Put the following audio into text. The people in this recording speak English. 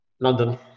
London